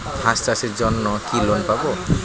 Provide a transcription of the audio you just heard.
হাঁস চাষের জন্য কি লোন পাব?